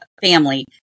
family